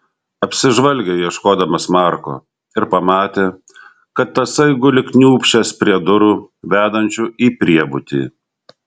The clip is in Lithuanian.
apsižvalgė ieškodamas marko ir pamatė kad tasai guli kniūbsčias prie durų vedančių į priebutį